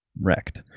wrecked